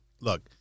look